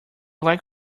like